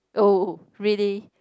oh really